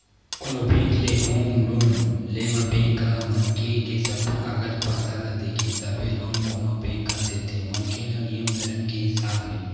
कोनो बेंक ले home loan ले म बेंक ह मनखे के सब्बो कागज पतर ल देखही तभे लोन कोनो बेंक ह देथे मनखे ल नियम धरम के हिसाब ले